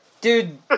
dude